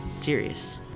serious